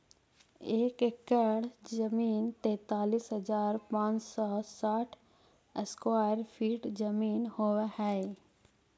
एक एकड़ जमीन तैंतालीस हजार पांच सौ साठ स्क्वायर फीट जमीन होव हई